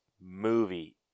movie